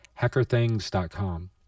hackerthings.com